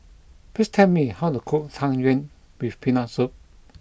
please tell me how to cook Tang Yuen with Peanut Soup